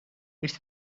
it’s